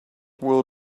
will